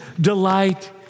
delight